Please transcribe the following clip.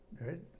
right